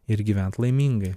ir gyvent laimingai